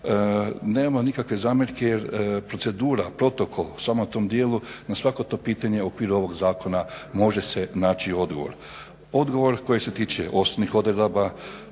nemamo nikakve zamjerke jer procedura, protokol u samom tom dijelu na svako to pitanje u okviru ovog zakona može se naći odgovor. Odgovor koji se tiče osnovnih odredaba,